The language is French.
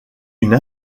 une